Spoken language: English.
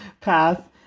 path